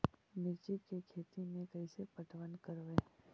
मिर्ची के खेति में कैसे पटवन करवय?